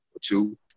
two